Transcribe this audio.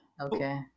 Okay